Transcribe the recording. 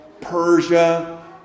Persia